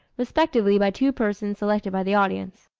respectively by two persons selected by the audience.